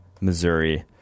missouri